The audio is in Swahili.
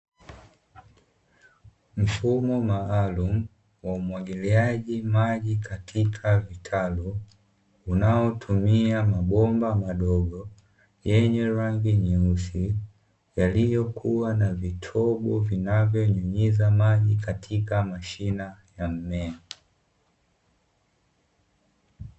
Mfumo maalumu wa umwagiliaji maji katika vitalu unaotumia mabomba madogo yenye rangi nyeusi, yaliyokuwa na vitobo vinavyonyunyiza maji katika mashina ya mmea.